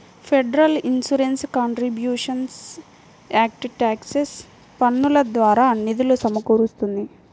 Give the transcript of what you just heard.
federal Insurance Contributions Act tax పన్నుల ద్వారా నిధులు సమకూరుస్తుంది